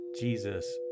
Jesus